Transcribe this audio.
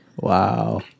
Wow